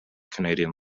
canadian